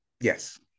Yes